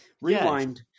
Rewind